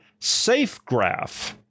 SafeGraph